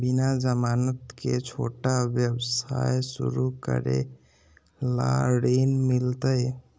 बिना जमानत के, छोटा व्यवसाय शुरू करे ला ऋण मिलतई?